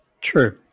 True